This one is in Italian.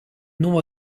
nuovo